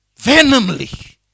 Venomly